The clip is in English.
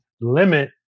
limit